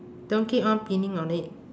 don't keep on pinning on it